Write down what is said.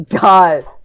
God